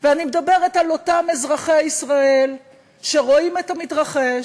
ואני מדברת על אותם אזרחי ישראל שרואים את המתרחש,